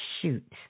Shoot